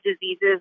diseases